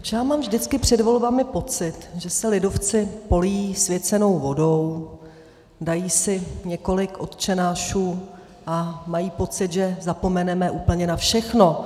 Proč já mám vždycky před volbami pocit, že se lidovci polijí svěcenou vodou, dají si několik otčenášů a mají pocit, že zapomeneme úplně na všechno.